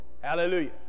Hallelujah